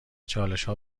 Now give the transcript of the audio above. چالشها